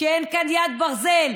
כשאין כאן יד ברזל,